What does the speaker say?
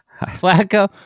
Flacco